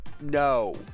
No